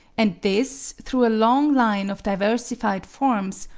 and this through a long line of diversified forms,